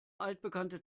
altbekannte